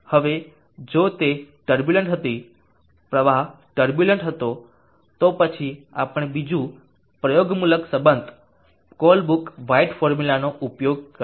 હવે જો તે ટર્બુલન્ટ હતી પ્રવાહ ટર્બુલન્ટ હતો તો પછી આપણે બીજું પ્રયોગમૂલક સંબંધ કોલબ્રુક વ્હાઇટ ફોર્મ્યુલાનો ઉપયોગ કરીશું